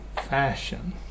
fashion